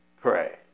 pray